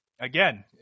again